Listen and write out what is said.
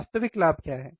वास्तविक लाभ क्या है